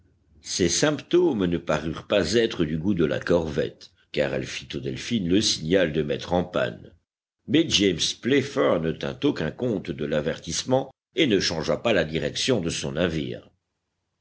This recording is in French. ces symptômes ne parurent pas être du goût de la corvette car elle fit au delphin le signal de mettre en panne mais james playfair ne tint aucun compte de l'avertissement et ne changea pas la direction de son navire